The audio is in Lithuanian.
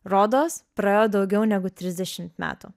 rodos praėjo daugiau negu trisdešimt metų